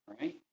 right